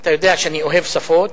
אתה יודע שאני אוהב שפות,